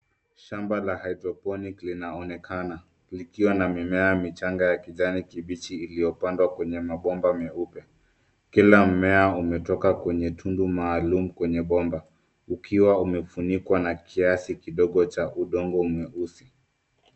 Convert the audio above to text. Shamba la hydroponic linaonekana likiwa na mimea michanga ya kijani kibichi iliyopandwa kwenye mabomba meupe. Kila mmea umetoka kwenye tundu maalum kwenye bomba ukiwa umefunikwa na kiasi kidogo cha udongo mweusi.